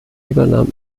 übernahm